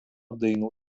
dainų